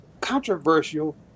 controversial